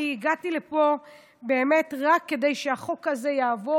אני הגעתי לפה רק כדי שהחוק הזה יעבור,